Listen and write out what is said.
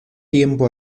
tiempo